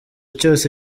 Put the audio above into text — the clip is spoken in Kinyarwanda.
cyose